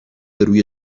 روی